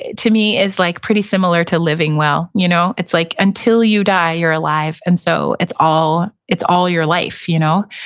ah to me, is like pretty similar to living well, you know? it's like until you die, you're alive. and so it's all it's all your life, you know?